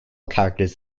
characters